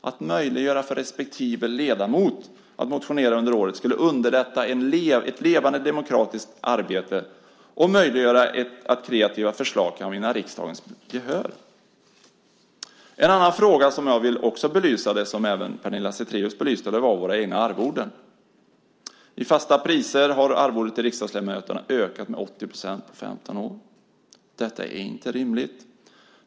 Att möjliggöra för respektive ledamot att motionera under året skulle underlätta ett levande demokratiskt arbete och möjliggöra att kreativa förslag kan vinna riksdagens gehör. En annan fråga som jag också vill ta upp, som även Pernilla Zethraeus belyste, är våra egna arvoden. I fasta priser har arvodet för riksdagsledamöterna ökat med 80 % på 15 år. Detta är inte rimligt.